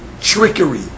trickery